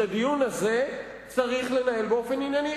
את הדיון הזה צריך לנהל באופן ענייני.